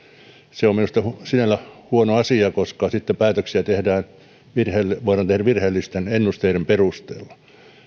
se on minusta sinällään huono asia koska sitten päätöksiä voidaan tehdä virheellisten ennusteiden perusteella